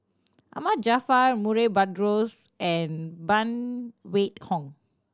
Ahmad Jaafar Murray Buttrose and Phan Wait Hong